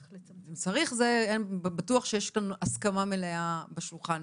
אם צריך, זה בטוח שיש כאן הסכמה מלאה בשולחן.